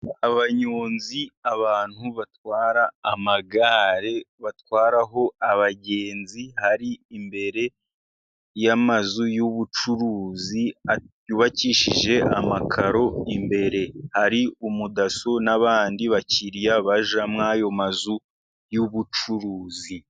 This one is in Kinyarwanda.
Abanyonzi, abantu batwara amagare batwaraho abagenzi bari imbere y'amazu y'ubucuruzi, yubakishije amakaro imbere, hari umudaso n'abandi bakiriya bajya muri ayo mazu y'ubucuruzi.